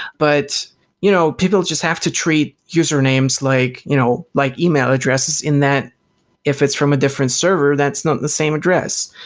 but you know people just have to treat usernames like you know like email addresses, and that if it's from a different server, that's not the same address.